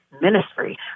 ministry